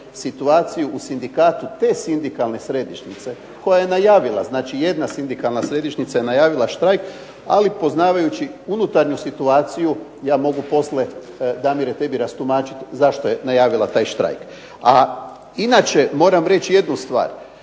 situaciju u sindikatu te sindikalne središnjice koja je najavila, dakle jedna sindikalna središnjica je najavila štrajk ali poznavajući unutarnju situaciju ja mogu tebi poslije Damire rastumačiti zašto je najavila taj štrajk. Inače, moram reći jednu stvar.